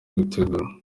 gutegura